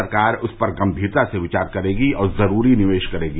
सरकार उस पर गम्मीरता से विचार करेगी और जरूरी निवेश करेगी